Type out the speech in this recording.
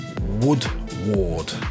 Woodward